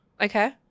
Okay